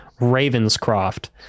Ravenscroft